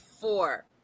Four